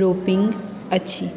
roping अछि